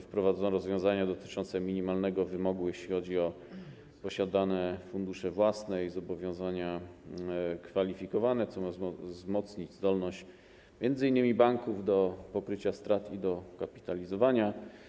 Wprowadzono rozwiązania dotyczące minimalnego wymogu, jeśli chodzi o posiadane fundusze własne i zobowiązania kwalifikowane, co ma wzmocnić zdolność m.in. banków do pokrycia strat i dokapitalizowania.